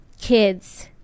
kids